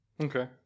Okay